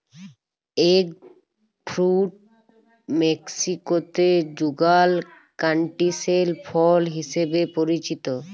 egg fruit মেক্সিকোতে যুগাল ক্যান্টিসেল ফল হিসেবে পরিচিত